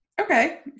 Okay